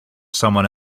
someone